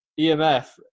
EMF